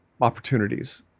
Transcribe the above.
opportunities